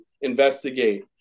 investigate